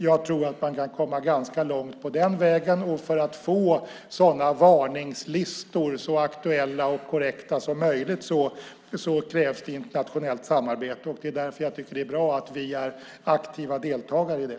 Jag tror att man kan komma ganska långt på den vägen, och för att få sådana varningslistor så aktuella och korrekta som möjligt krävs internationellt samarbete. Det är därför jag tycker att det är bra att vi är aktiva deltagare i det.